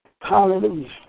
Hallelujah